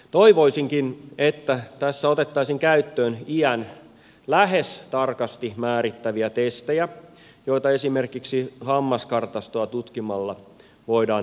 toivoisinkin että tässä otettaisiin käyttöön iän lähes tarkasti määrittäviä testejä joita esimerkiksi hammaskartastoa tutkimalla voidaan tehdä